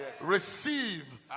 Receive